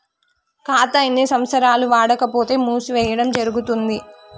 ఖాతా ఎన్ని సంవత్సరాలు వాడకపోతే మూసివేయడం జరుగుతుంది?